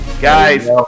guys